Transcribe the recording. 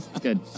Good